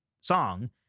song